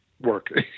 work